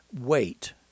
wait